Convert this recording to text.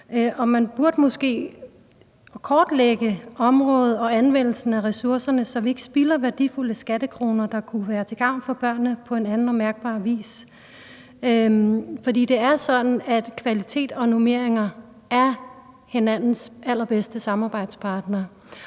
man burde måske kortlægge området og anvendelsen af ressourcerne, så vi ikke spilder værdifulde skattekroner, der kunne være til gavn for børnene på en anden og mærkbar vis. Det er sådan, at kvalitet og normeringer er hinandens allerbedste samarbejdspartner.